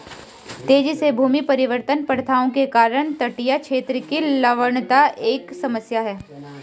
तेजी से भूमि परिवर्तन प्रथाओं के कारण तटीय क्षेत्र की लवणता एक समस्या है